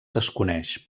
desconeix